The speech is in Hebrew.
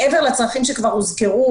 מעבר לצרכים שכבר הוזכרו,